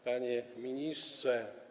Panie Ministrze!